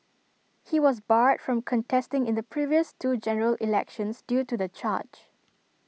he was barred from contesting in the previous two general elections due to the charge